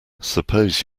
suppose